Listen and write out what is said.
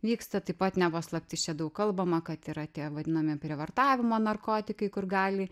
vyksta taip pat ne paslaptis čia daug kalbama kad yra tie vadinami prievartavimo narkotikai kur gali